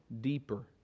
deeper